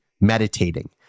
meditating